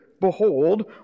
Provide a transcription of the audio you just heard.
behold